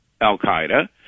Al-Qaeda